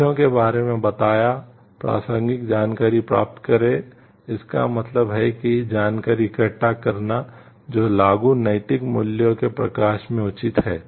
तथ्यों के बारे में बताया प्रासंगिक जानकारी प्राप्त करें इसका मतलब है कि जानकारी इकट्ठा करना जो लागू नैतिक मूल्यों के प्रकाश में उचित है